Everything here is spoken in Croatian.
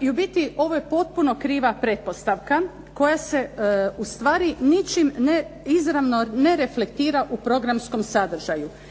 I u biti ovo je potpuno kriva pretpostavka koja se ustvari ničim izravno ne reflektira u programskom sadržaju